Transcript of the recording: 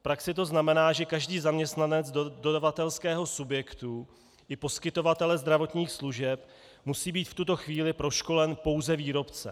V praxi to znamená, že každý zaměstnanec dodavatelského subjektu i poskytovatelé zdravotních služeb musí být v tuto chvíli proškoleni pouze výrobcem.